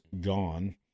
gone